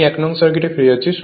আমি 1নং সার্কিটে ফিরে যাচ্ছি